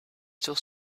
still